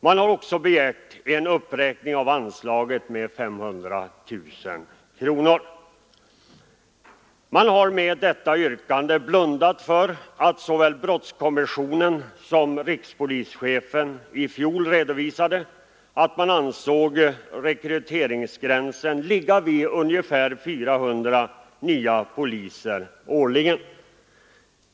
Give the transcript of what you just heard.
De har också begärt en uppräkning av anslaget med 500 000 kronor. Man har med detta yrkande blundat för att såväl brottskommissionen som rikspolischefen i fjol redovisade att de ansåg rekryteringsgränsen ligga vid ungefär 400 nya poliser årligen.